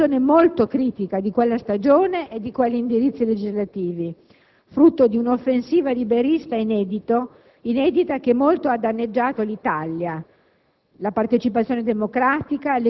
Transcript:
Rifondazione Comunista ha una valutazione molto critica di quella stagione e di quegli indirizzi legislativi, frutto di un'offensiva liberista inedita che molto ha danneggiato l'Italia,